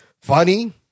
funny